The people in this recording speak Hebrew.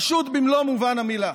פשוט במלוא מובן המילה.